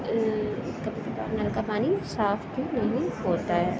نل کا پانی صاف بھی نہیں ہوتا ہے